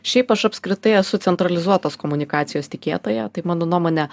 šiaip aš apskritai esu centralizuotos komunikacijos tikėtoja tai mano nuomone